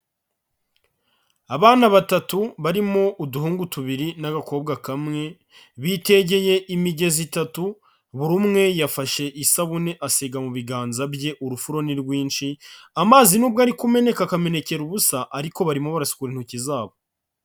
Abana batatu. Barimo uduhungu tubiri n'agakobwa kamwe, biketegeye imigezi itatu, buri umwe yafashe isabune asiga mu biganza bye, urufuro ni rwinshi, amazi nubwo ari kumeneka akamenekera ubusa, ariko barimo barasukura intoki zabo.